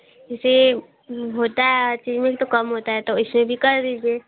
जैसे होता है हर चीज़ में भी तो कम होता है तो इसे भी कर दीजिए